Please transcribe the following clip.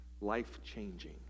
Life-changing